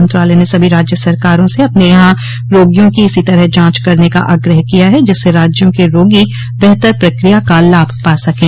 मंत्रालय ने सभी राज्य सरकारों से अपने यहां रोगियों की इसी तरह जांच करने का आग्रह किया है जिससे राज्यों के रोगी बेहतर प्रक्रिया का लाभ पा सकें